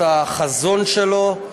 את החזון שלו,